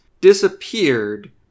disappeared